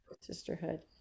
sisterhood